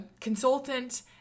consultant